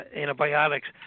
antibiotics